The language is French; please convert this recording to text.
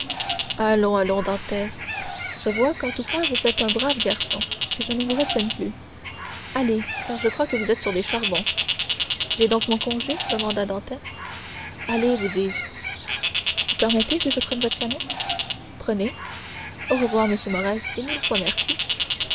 allons allons dantès je vois qu'en tout point vous êtes un brave garçon que je ne vous retienne plus allez car je vois que vous êtes sur des charbons j'ai donc mon congé demanda dantès allez vous dis-je vous permettez que je prenne votre canot prenez au revoir monsieur morrel et mille fois merci